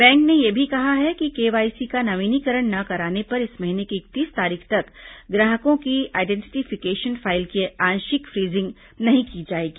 bank ने यह भी कहा है कि केवाईसी का नवीनीकरण न कराने पर इस महीने की इकतीस तारीख तक ग्राहकों की आइडेंटिफिकेशन फाइल की आंशिक फ्रीजिंग नहीं की जाएगी